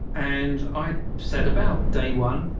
and i set about. day one,